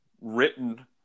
written